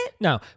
No